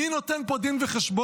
מי נותן פה דין וחשבון?